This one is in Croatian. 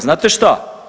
Znate šta?